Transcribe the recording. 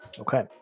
Okay